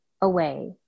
away